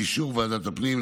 באישור ועדת הפנים,